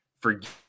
forget